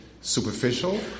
superficial